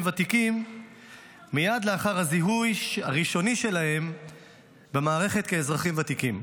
ותיקים מייד לאחר הזיהוי הראשוני שלהם במערכת כאזרחים ותיקים.